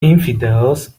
infidels